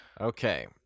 Okay